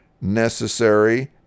necessary